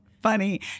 funny